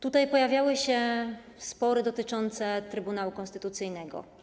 Tutaj pojawiały się spory dotyczące Trybunału Konstytucyjnego.